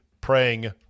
praying